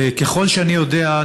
ככל שאני יודע,